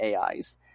ais